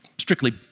strictly